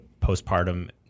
postpartum